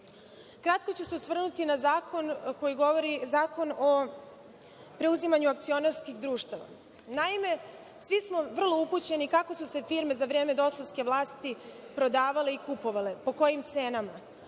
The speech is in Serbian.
ću se osvrnuti na Zakon o preuzimanju akcionarskih društava. Naime, svi smo vrlo upućeni kako su se firme za vreme dosovske vlasti prodavale i kupovale, po kojim cenama.